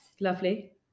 Lovely